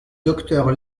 docteur